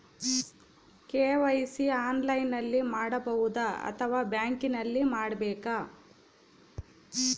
KYC ಆನ್ಲೈನಲ್ಲಿ ಮಾಡಬಹುದಾ ಅಥವಾ ಬ್ಯಾಂಕಿನಲ್ಲಿ ಮಾಡ್ಬೇಕಾ?